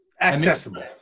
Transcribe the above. Accessible